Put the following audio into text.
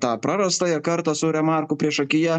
tą prarastąją kartą su remarku priešakyje